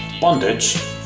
Bondage